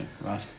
Right